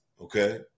okay